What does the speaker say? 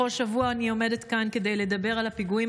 בכל שבוע אני עומדת כאן כדי לדבר על הפיגועים